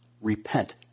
Repent